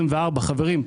חברים,